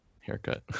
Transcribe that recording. haircut